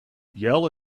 yell